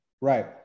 Right